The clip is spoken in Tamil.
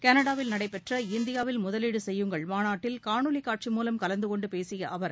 கனடாவில் நடைபெற்ற இந்தியாவில் முதலீடு செய்யங்கள் மாநாட்டில் காணொளி காட்சி மூலம் கலந்து கொண்டு பேசிய அவர்